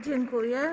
Dziękuję.